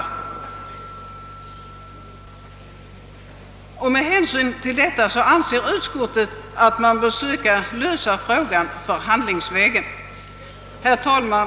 Med hänsyn till detta anser utskottet att man bör lösa frågan förhandlingsvägen. Herr talman!